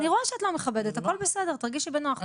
אני רואה שאת לא מכבדת, הכל בסדר, תרגישי בנוח.